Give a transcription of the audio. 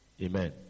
Amen